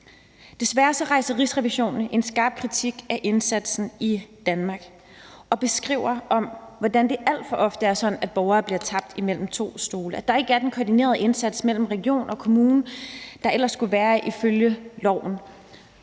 Desværre rejser Rigsrevisionen en skarp kritik af indsatsen i Danmark og beskriver, hvordan det alt for ofte er sådan, at borgere bliver tabt mellem to stole; at der ikke er den koordinerede indsats mellem region og kommune, der ellers skulle være ifølge loven.